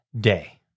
day